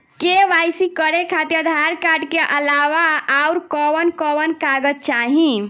KYC करे खातिर Aadhaar card के अलावा आउरकवन कवन कागज चाहीं?